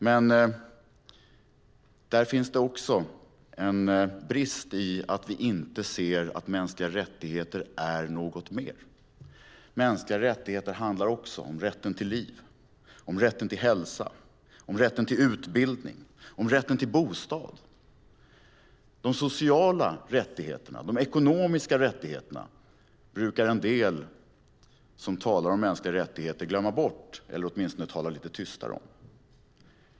Men det finns också en brist i att vi inte ser att mänskliga rättigheter är något mer. Mänskliga rättigheter handlar också om rätten till liv, om rätten till hälsa, om rätten till utbildning och om rätten till bostad. De sociala rättigheterna och de ekonomiska rättigheterna brukar en del som talar om mänskliga rättigheter glömma bort eller åtminstone tala lite tystare om.